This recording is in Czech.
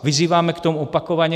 Vyzýváme k tomu opakovaně.